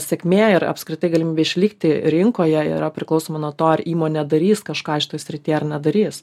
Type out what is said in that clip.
sėkmė ir apskritai galimybė išlikti rinkoje yra priklausoma nuo to ar įmonė darys kažką šitoj srity ar nedarys